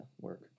work